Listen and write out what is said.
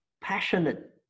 passionate